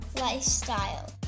lifestyle